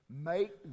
make